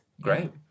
Great